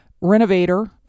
renovator